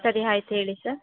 ಸರಿ ಆಯ್ತು ಹೇಳಿ ಸರ್